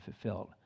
fulfilled